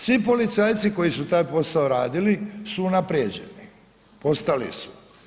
Svi policajci koji su taj posao radili su unaprijeđeni, postali su.